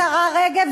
השרה רגב,